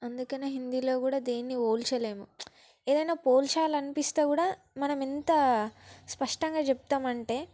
అందుకని హిందీలో కూడా దేన్ని పోల్చలేము ఏదైనా పోల్చాలనిపిస్తే కూడా మనమెంత స్పష్టంగా చెప్తామంటే